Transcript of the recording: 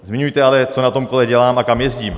Zmiňujte ale, co na tom kole dělám a kam jezdím.